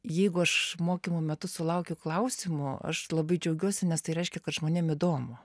jeigu aš mokymų metu sulaukiu klausimo aš labai džiaugiuosi nes tai reiškia kad žmonėm įdomu